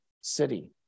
city